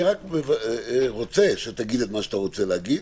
אני רוצה שתגיד את מה שאתה רוצה להגיד,